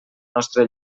nostre